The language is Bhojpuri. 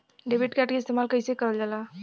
डेबिट कार्ड के इस्तेमाल कइसे करल जाला?